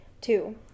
Two